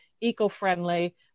eco-friendly